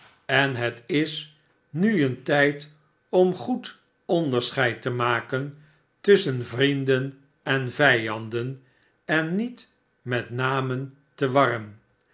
en het is nu een tijd om goed onderscheid te maken tusschen vrienden en vijanden en niet metnamen te warren